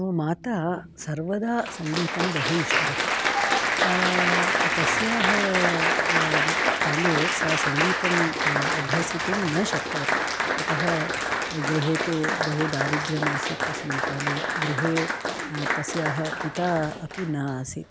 मम माता सर्वदा सङ्गीतं बहु इष्टवती सा तस्याः काले सा सङ्गीतम् अभ्यसितुं न शक्तवती यतः गृहे तु बहु दारिद्र्यम् आसीत् तस्मिन् काले गृहे तस्याः पिता अपि न आसीत्